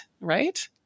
right